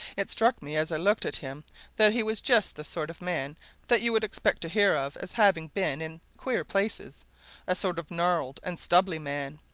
it struck me as i looked at him that he was just the sort of man that you would expect to hear of as having been in queer places a sort of gnarled and stubbly man,